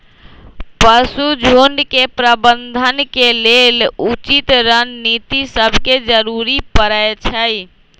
पशु झुण्ड के प्रबंधन के लेल उचित रणनीति सभके जरूरी परै छइ